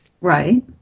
right